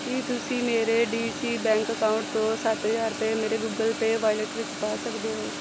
ਕੀ ਤੁਸੀਂ ਮੇਰੇ D C bank account ਤੋਂ ਸੱਤ ਹਜ਼ਾਰ ਰੁਪਏ ਮੇਰੇ ਗੁਗਲ ਪੇਅ ਵਾਲਿਟ ਵਿੱਚ ਪਾ ਸਕਦੇ ਹੋ